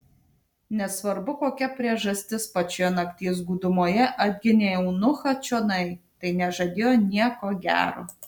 nesvarbu kokia priežastis pačioje nakties gūdumoje atginė eunuchą čionai tai nežadėjo nieko gero